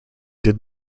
did